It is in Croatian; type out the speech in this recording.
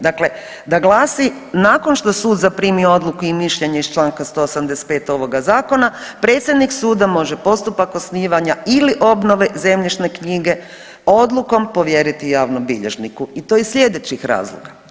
Dakle, da glasi, nakon što sud zaprimi odluku i mišljenje iz čl. 175 ovoga Zakona, predsjednik suda može postupak osnivanja ili obnove zemljišne knjige odlukom povjeriti javnom bilježniku i to iz sljedećih razloga.